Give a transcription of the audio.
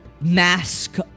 mask